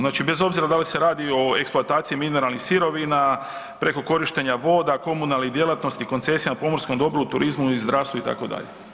Znači bez obzira da li se radi o eksploataciji mineralnih sirovina, preko korištenja voda, komunalnih djelatnosti, koncesija na pomorskom dobru, turizmu, zdravstvu, itd.